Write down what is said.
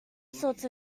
sorts